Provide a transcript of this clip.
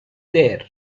there